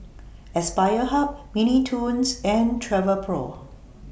Aspire Hub Mini Toons and Travelpro